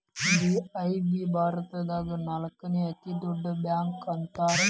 BOB ಭಾರತದಾಗ ನಾಲ್ಕನೇ ಅತೇ ದೊಡ್ಡ ಬ್ಯಾಂಕ ಅಂತಾರ